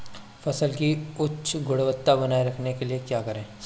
फसल की उच्च गुणवत्ता बनाए रखने के लिए क्या करें?